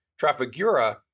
Trafigura